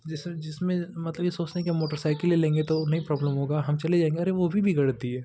जैसे जिसमें मतलब ये सोचते हैं कि हम मोटरसाइकिल ले लेंगे तो नहीं प्रॉब्लम होगा हम चले जाएंगे अरे वो भी बिगड़ती है